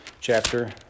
chapter